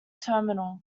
terminal